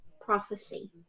prophecy